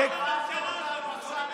זה כמו הממשלה הזו.